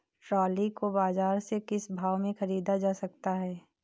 Trolley को बाजार से किस भाव में ख़रीदा जा सकता है?